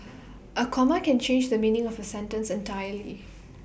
A comma can change the meaning of A sentence entirely